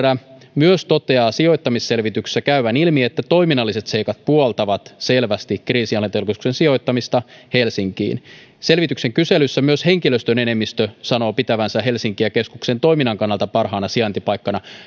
myös toteaa sijoittamisselvityksestä käyvän ilmi että toiminnalliset seikat puoltavat selvästi kriisinhallintakeskuksen sijoittamista helsinkiin selvityksen kyselyssä myös henkilöstön enemmistö sanoo pitävänsä helsinkiä keskuksen toiminnan kannalta parhaana sijaintipaikkana